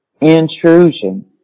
intrusion